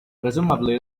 presumably